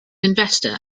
investor